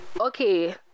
okay